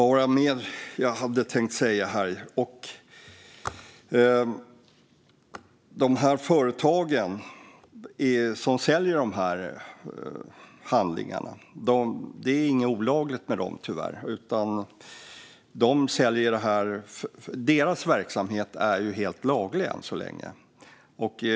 Att de här företagen säljer sådana här handlingar är tyvärr inte olagligt. Deras verksamhet är än så länge helt laglig.